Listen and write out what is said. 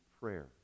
prayer